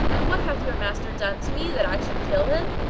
and what hath your master done to me that i should kill him?